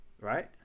right